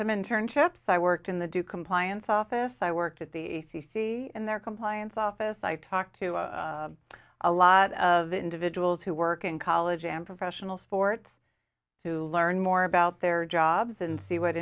some internships i worked in the do compliance office i worked at the c c and their compliance office i talked to a lot of individuals who work in college and professional sports to learn more about their jobs and see what